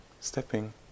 stepping